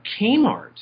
Kmart